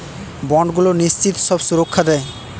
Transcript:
বন্ডগুলো নিশ্চিত সব সুরক্ষা দেয়